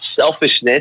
selfishness